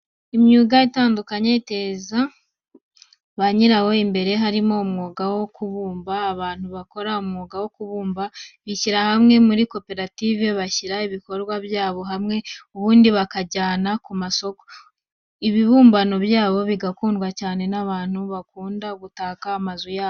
Imyuga itandukanye iteza ba nyirawo imbere, harimo umwuga wo kubumba. Abantu bakora umwuga wo kubumba bishyira hamwe muri za koperative, bashyira ibikorwa byabo hamwe ubundi bakabijyana ku masoko. Ibibumbano byabo bikundwa cyane n'abantu bakunda gutaka amazu yabo.